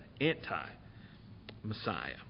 anti-Messiah